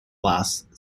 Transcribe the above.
last